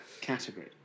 category